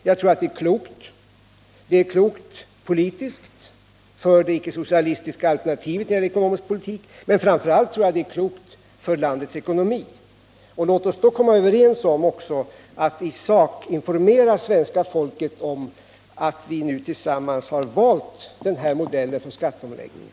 Jag tror att det är politiskt klokt för det icke-socialistiska alternativet när det gäller den ekonomiska politiken. Men framför allt tror jag att det är klokt med hänsyn till landets ekonomi. Låt oss då också komma överens om att i sak informera det svenska folket om att vi nu tillsammans har valt den här modellen för skatteomläggningen.